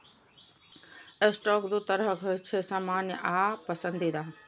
stock दू तरहक होइ छै, सामान्य आ पसंदीदा